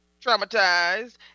traumatized